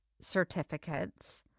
certificates